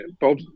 bob